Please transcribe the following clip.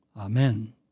Amen